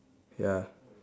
ya